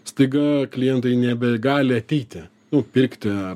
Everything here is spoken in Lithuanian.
staiga klientai nebegali ateiti nu pirkti